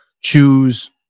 choose